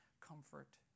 comfort